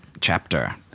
chapter